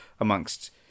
amongst